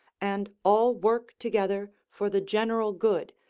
and all work together for the general good,